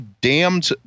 damned